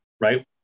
right